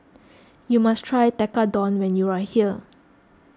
you must try Tekkadon when you are here